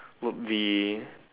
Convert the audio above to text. would be